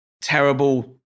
terrible